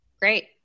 Great